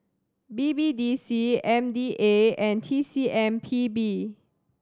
B B D C M D A and T C M P B